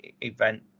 event